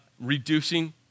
reducing